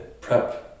prep